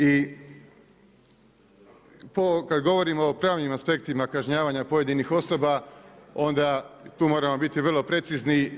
I kad govorimo o pravnim aspektima kažnjavanja pojedinih osoba onda tu moramo biti vrlo precizni.